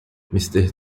mister